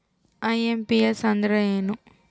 IMPS ಅಂದ್ರ ಏನು?